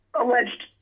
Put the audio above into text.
alleged